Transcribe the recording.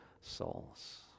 souls